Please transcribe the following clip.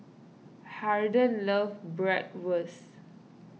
Harden loves Bratwurst